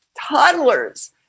toddlers